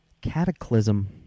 Cataclysm